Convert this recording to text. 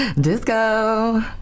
Disco